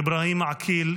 אבראהים עקיל,